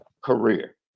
career